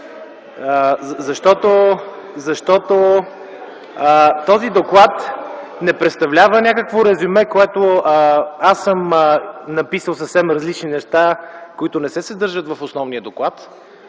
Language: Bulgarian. Защото този доклад не представлява някакво резюме, в което аз съм написал съвсем различни неща, които не се съдържат в основния доклад.